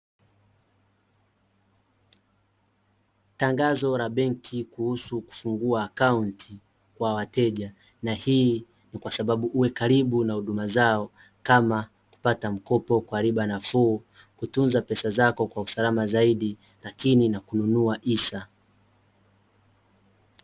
Tangazo la benki kuhusu kufungua akaunti kwa wateja, na hii ni kwa sababu uwe karibu na huduma zao, kama: kupata mkopo kwa riba nafuu, kutunza pesa zako kwa usalama zaidi, lakini na kununua hisa.